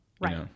Right